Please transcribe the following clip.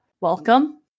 welcome